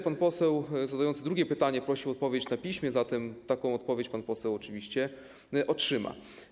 Pan poseł, zadając drugie pytanie, prosił o odpowiedź na piśmie, zatem taką odpowiedź oczywiście otrzyma.